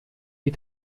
die